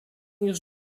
już